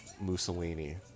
Mussolini